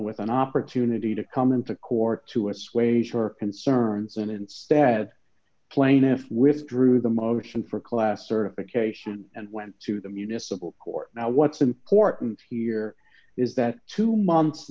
with an opportunity to come into court to assuage her concerns and instead plaintiff withdrew the motion for class certification and went to the municipal court now what's important here is that two months